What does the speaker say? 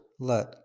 Let